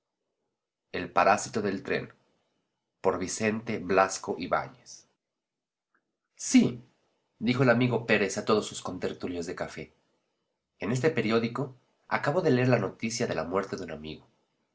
el parásito del tren sí dijo el amigo pérez a todos sus contertulios de café en este periódico acabo de leer la noticia de la muerte de un amigo